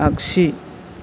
आग्सि